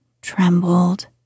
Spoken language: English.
trembled